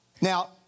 Now